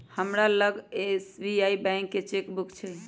हमरा लग SBI bank के चेक बुक हइ